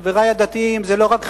חברי הדתיים, זה לא רק חילונים.